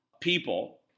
people